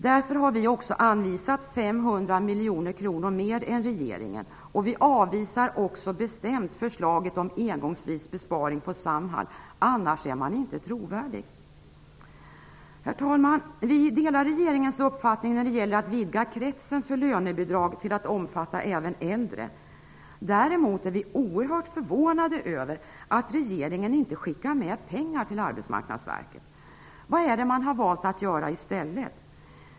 Därför har vi också anvisat 500 000 miljoner kronor mer än regeringen, och vi avvisar också bestämt förslaget om engångsvis besparing på Samhall. Annars är man inte trovärdig. Herr talman! Vi delar regeringens uppfattning när det gäller att vidga kretsen för lönebidrag till att omfatta även äldre. Däremot är vi oerhört förvånade över att regeringen inte skickar med pengar till Arbetsmarknadsverket. Vad är det man har valt att göra i stället?